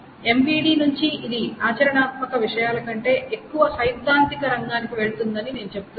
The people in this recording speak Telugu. MVD నుండి ఇది ఆచరణాత్మక విషయాల కంటే ఎక్కువ సైద్ధాంతిక రంగానికి వెళుతుందని నేను చెబుతున్నాను